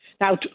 Now